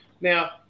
Now